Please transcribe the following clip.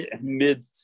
mid